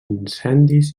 incendis